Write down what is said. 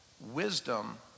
Wisdom